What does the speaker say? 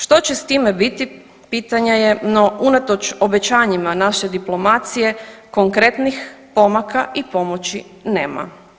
Što će s time biti pitanje je, no unatoč obećanjima naše diplomacije konkretnih pomaka i pomoći nema.